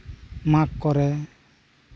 ᱢᱟᱜᱷᱚ ᱠᱚ ᱨᱮ